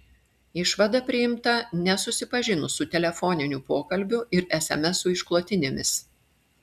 išvada priimta nesusipažinus su telefoninių pokalbių ir esemesų išklotinėmis